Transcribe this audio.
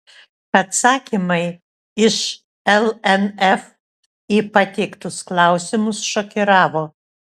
atsakymai iš lnf į pateiktus klausimus šokiravo